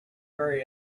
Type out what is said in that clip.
very